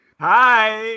Hi